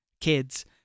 kids